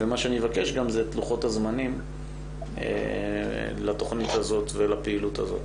ומה שאני מבקש גם זה את לוחות הזמנים לתוכנית הזאת ולפעילות הזאת.